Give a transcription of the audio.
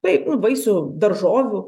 taip nu vaisių daržovių